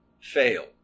fail